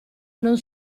non